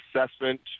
assessment